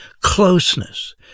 closeness